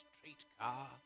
streetcar